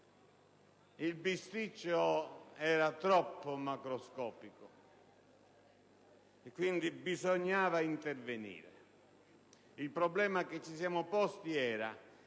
Il bisticcio era troppo macroscopico per cui bisognava intervenire. Il problema che ci siamo posti è